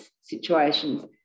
situations